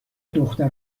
دختر